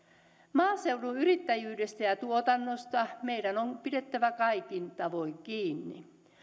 maaseudun yrittäjyydestä ja ja tuotannosta meidän on pidettävä kaikin tavoin kiinni